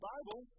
Bible